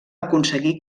aconseguir